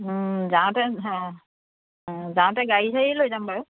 যাওঁতে যাওঁতে গাড়ী চাড়ী লৈ যাম বাৰু